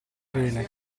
bene